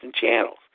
channels